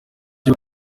cyo